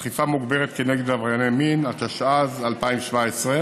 אכיפה מוגברת כנגד עברייני מין), התשע"ז 2017,